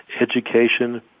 education